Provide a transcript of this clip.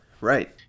Right